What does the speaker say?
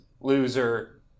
loser